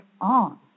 on